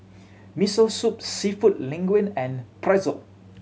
Miso Soup Seafood Linguine and Pretzel